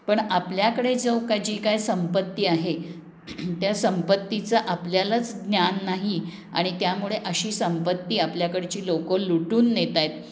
पण आपल्याकडे जो का जी काय संपत्ती आहे त्या संपत्तीचं आपल्यालाच ज्ञान नाही आणि त्यामुळे अशी संपत्ती आपल्याकडची लोकं लुटून नेत आहेत